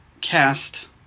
cast